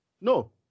no